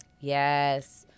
Yes